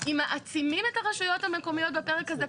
אם מעצימים את הרשויות המקומיות בפרק הזה,